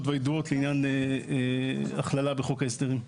והידועות לעניין הכללה בחוק ההסדרים.